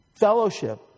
fellowship